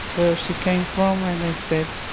where she came from? and i said,